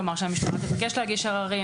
כלומר שהמשטרה תבקש להגיש עררים,